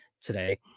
today